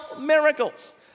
miracles